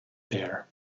there